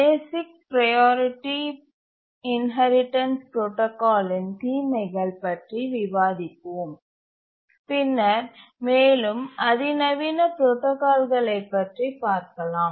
பேசிக் priority inheritance protocol ன் தீமைகள் பற்றி விவாதிப்போம் பின்னர் மேலும் அதிநவீன புரோடாகால் களைப் பற்றிப் பார்க்கலாம்